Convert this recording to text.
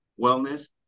wellness